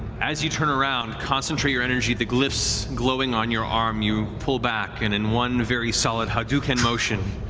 as you turn around, concentrate your energy, the glyphs glowing on your arm, you pull back and in one very solid hadouken motion,